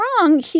wrong